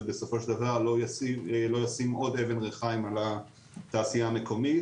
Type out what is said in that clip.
בסופו של דבר לא ישים עוד אבן ריחיים על התעשייה המקומית.